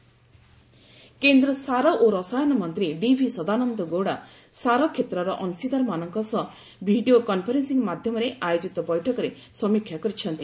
ସଦାନନ୍ଦ ଗୌଡ଼ା କେନ୍ଦ୍ର ସାର ଓ ରସାୟନ ମନ୍ତ୍ରୀ ଡିଭି ସଦାନନ୍ଦ ଗୌଡ଼ା ସାର କ୍ଷେତ୍ରର ଅଂଶିଦାରମାନଙ୍କ ସହ ଭିଡ଼ିଓ କନ୍ଫରେନ୍ନିଂ ମାଧ୍ୟମରେ ଆୟୋଜିତ ବୈଠକରେ ସମୀକ୍ଷା କରିଛନ୍ତି